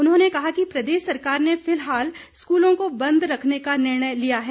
उन्होंने कहा कि प्रदेश सरकार ने फिलहाल स्कूलों को बंद रखने का निर्णय लिया है